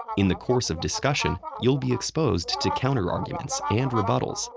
in the course of discussion, you'll be exposed to counter-arguments and rebuttals.